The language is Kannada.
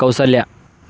ಕೌಸಲ್ಯ